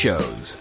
shows